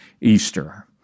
Easter